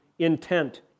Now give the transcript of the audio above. Intent